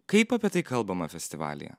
kaip apie tai kalbama festivalyje